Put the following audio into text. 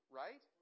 right